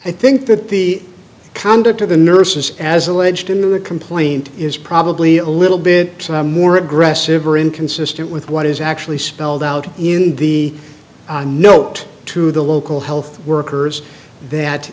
i think that the conduct of the nurses as alleged in the complaint is probably a little bit more aggressive or inconsistent with what is actually spelled out in the note to the local health workers that